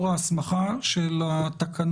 בבקשות הספורטאים,